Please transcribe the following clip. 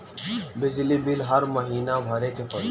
बिजली बिल हर महीना भरे के पड़ी?